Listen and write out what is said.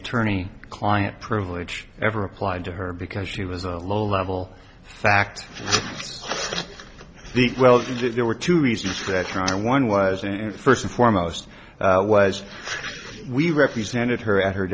attorney client privilege ever applied to her because she was a low level fact the well there were two reasons for that one was and first and foremost was we represented her at her